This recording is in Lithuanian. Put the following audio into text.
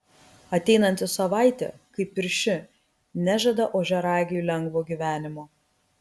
ateinanti savaitė kaip ir ši nežada ožiaragiui lengvo gyvenimo